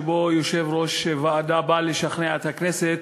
שבו יושב-ראש ועדה בא לשכנע את הכנסת